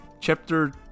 Chapter